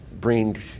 bring